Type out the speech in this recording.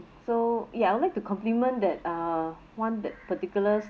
so ya I would like to complement that uh one that particulars